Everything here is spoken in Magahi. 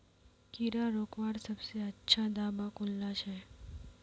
कीड़ा रोकवार सबसे अच्छा दाबा कुनला छे?